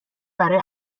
برای